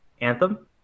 Anthem